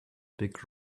big